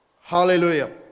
Hallelujah